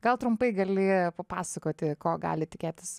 gal trumpai gali papasakoti ko gali tikėtis